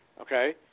okay